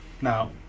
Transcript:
Now